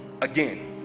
again